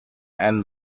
and